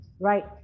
right